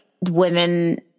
women